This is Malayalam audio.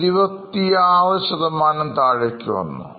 26താഴേക്ക് വന്നു